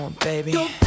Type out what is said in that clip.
Baby